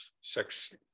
sex